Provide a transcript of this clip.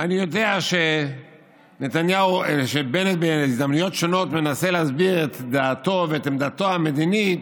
אני יודע שבנט בהזדמנויות שונות מנסה להסביר את דעתו ואת עמדתו המדינית,